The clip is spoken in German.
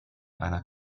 einer